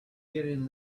getting